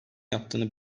yaptığını